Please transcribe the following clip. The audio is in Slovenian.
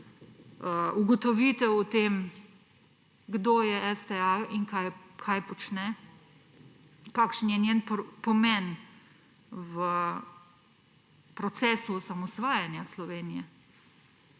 ugotovitev o tem, kdo je STA in kaj počne, kakšen je njen pomen v procesu osamosvajanja Slovenije,